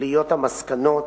להיות המסקנות,